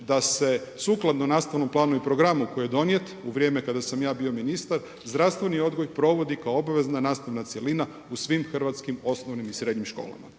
da se sukladno nastavnom planu i programu koji je donijet u vrijeme kada sam ja bio ministar zdravstveni odgoj provodi kao obavezna nastavna cjelina u svim hrvatskim osnovnim i srednjim školama.